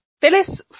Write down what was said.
Phyllis